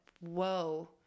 whoa